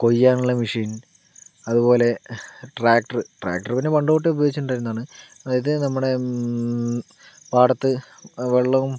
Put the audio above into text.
കൊയ്യാനുള്ള machine അതുപോലെ tractor tractor പിന്നെ പണ്ട് തൊട്ടേ ഉപയോഗിച്ചുകൊണ്ടിരുന്നതാണ് അതായത് നമ്മടെ പാടത്ത് വെള്ളവും